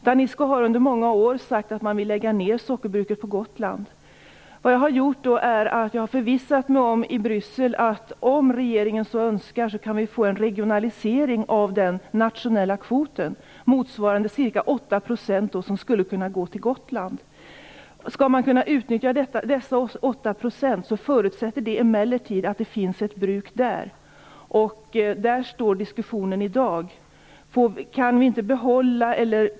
Danisco har under många år sagt att man vill lägga ned sockerbruket på Gotland. Jag har därför i Bryssel förvissat mig om att regeringen, om den så önskar, kan få en regionalisering av den nationella kvoten. Det motsvarar ca 8 % som skulle kunna gå till Gotland. För att de 8 % skall kunna utnyttjas krävs emellertid att det finns ett bruk på Gotland. Det är det diskussionen handlar om i dag.